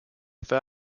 fair